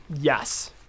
Yes